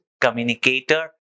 communicator